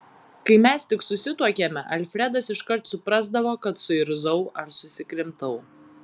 kai mes tik susituokėme alfredas iškart suprasdavo kad suirzau ar susikrimtau